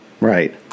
Right